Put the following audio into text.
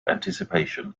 anticipation